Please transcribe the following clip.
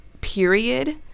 period